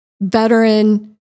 veteran